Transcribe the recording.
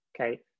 Okay